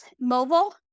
Mobile